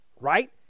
right